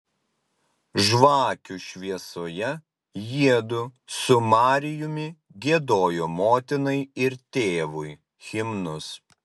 žvakių šviesoje jiedu su marijumi giedojo motinai ir tėvui himnus